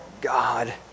God